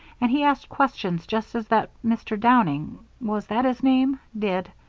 and he asked questions just as that mr. downing was that his name did.